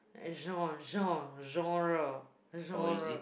gen~ gen~ genre genre